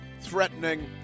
threatening